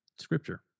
scripture